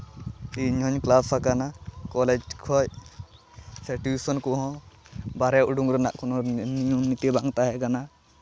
ᱤᱧᱦᱚᱸᱧ ᱠᱞᱟᱥ ᱟᱠᱟᱱᱟ ᱠᱚᱞᱮᱡᱽ ᱠᱷᱚᱡ ᱥᱮ ᱴᱤᱭᱩᱥᱚᱱ ᱠᱚᱦᱚᱸ ᱵᱟᱦᱨᱮ ᱩᱰᱩᱠ ᱨᱮᱭᱟᱜ ᱠᱳᱱᱚ ᱱᱤᱭᱚᱢ ᱱᱤᱛᱤ ᱵᱟᱝ ᱛᱟᱦᱮᱸ ᱠᱟᱱᱟ